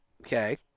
Okay